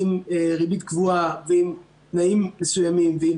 עם ריבית קבועה ועם תנאים מסוימים ועם